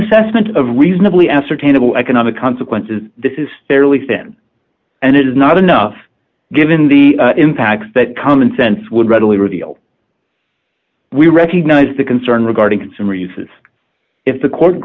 assessment of reasonably ascertainable economic consequences this is fairly thin and it is not enough given the impacts that common sense would readily reveal we recognize the concern regarding consumer uses if the court